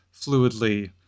fluidly